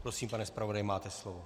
Prosím, pane zpravodaji, máte slovo.